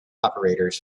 operators